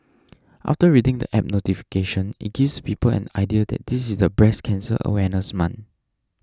after reading the app notification it gives people an idea that this is the breast cancer awareness month